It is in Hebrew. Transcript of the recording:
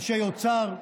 אנשי אוצר,